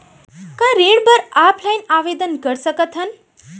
का ऋण बर ऑफलाइन आवेदन कर सकथन?